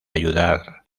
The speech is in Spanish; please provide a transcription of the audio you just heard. ayudar